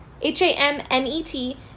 H-A-M-N-E-T